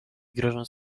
grożąc